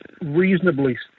reasonably